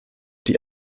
die